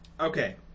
Okay